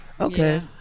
okay